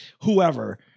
whoever